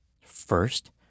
First